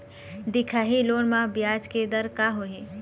दिखाही लोन म ब्याज के दर का होही?